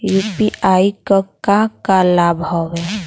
UPI क का का लाभ हव?